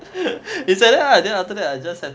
it's like that lah then after that I just have